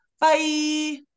Bye